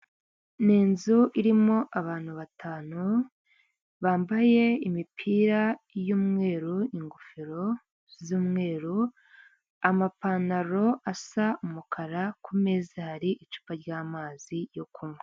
Ni inzu irimo abantu batanu bambaye imipira y'umweru ingofero z'umweru, amapantaro asa umukara, ku meza hari icupa ry'amazi yo kunywa.